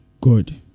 Good